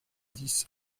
dix